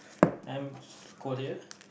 I'm Korea